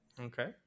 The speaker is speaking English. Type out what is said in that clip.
Okay